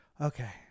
okay